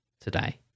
today